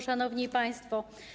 Szanowni Państwo!